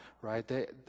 right